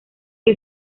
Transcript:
que